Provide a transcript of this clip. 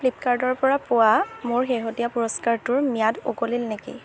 ফ্লিপকাৰ্টৰ পৰা পোৱা মোৰ শেহতীয়া পুৰস্কাৰটোৰ ম্যাদ উকলিল নেকি